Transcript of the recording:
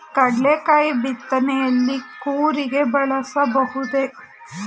ಕಡ್ಲೆಕಾಯಿ ಬಿತ್ತನೆಯಲ್ಲಿ ಕೂರಿಗೆ ಬಳಸಬಹುದೇ?